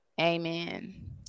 Amen